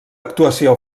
actuació